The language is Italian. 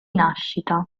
nascita